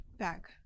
Back